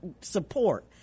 support